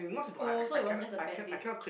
oh so it was just a bad date